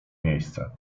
miejsce